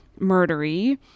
murdery